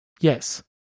yes